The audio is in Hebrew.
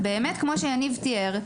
כמו שיניב תיאר,